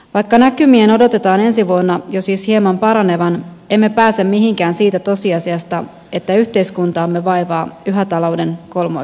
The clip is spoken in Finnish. vaikka näkymien odotetaan ensi vuonna jo siis hieman paranevan emme pääse mihinkään siitä tosiasiasta että yhteiskuntaamme vaivaa yhä talouden kolmoishaaste